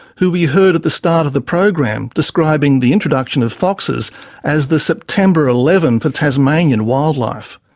who we heard at the start of the program describing the introduction of foxes as the september eleven for tasmanian wildlife.